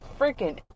Freaking